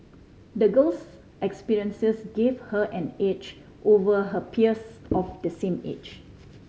the girl's experiences gave her an edge over her peers of the same age